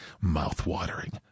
Mouth-watering